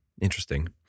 Interesting